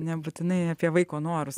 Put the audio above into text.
nebūtinai apie vaiko norus